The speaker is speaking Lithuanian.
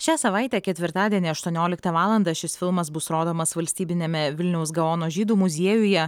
šią savaitę ketvirtadienį aštuonioliktą valandą šis filmas bus rodomas valstybiniame vilniaus gaono žydų muziejuje